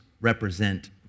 represent